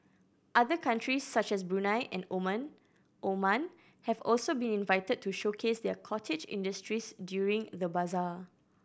other countries such as Brunei and Omen Oman have also been invited to showcase their cottage industries during the bazaar